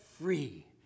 free